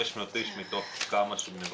500 איש מתוך כמה שמבקשים?